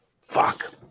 Fuck